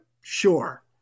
sure